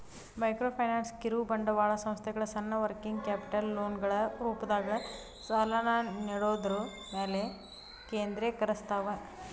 microfinance ಕಿರುಬಂಡವಾಳ ಸಂಸ್ಥೆಗಳ ಸಣ್ಣ ವರ್ಕಿಂಗ್ ಕ್ಯಾಪಿಟಲ್ ಲೋನ್ಗಳ ರೂಪದಾಗ ಸಾಲನ ನೇಡೋದ್ರ ಮ್ಯಾಲೆ ಕೇಂದ್ರೇಕರಸ್ತವ